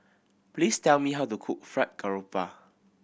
please tell me how to cook Fried Garoupa